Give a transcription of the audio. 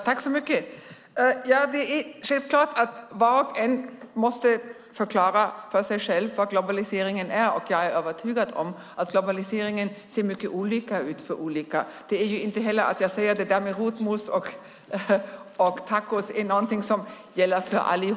Herr talman! Självklart måste var och en förklara för sig själv vad globaliseringen är. Jag är övertygad om att globaliseringen ser mycket olika ut för olika människor. Jag menade heller inte att detta med rotmos och tacos var något som gäller för alla.